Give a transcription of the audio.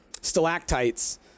stalactites